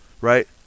right